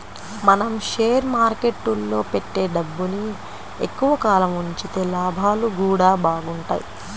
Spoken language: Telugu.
మనం షేర్ మార్కెట్టులో పెట్టే డబ్బుని ఎక్కువ కాలం ఉంచితే లాభాలు గూడా బాగుంటయ్